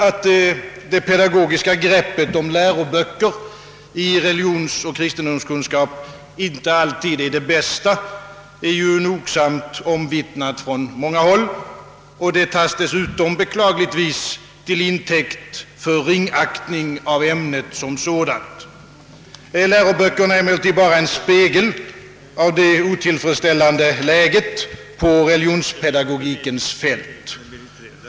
Att det pedagogiska greppet om läroböcker i religionsoch kristendomskunskap inte alltid är det bästa, är ju nog samt omvittnat från många håll, och det tas dessutom beklagligtvis till intäkt för ringaktning för ämnet som sådant. Läroböckerna är emellertid bara en spegel av det otillfredsställande läget på religionspedagogikens fält.